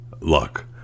luck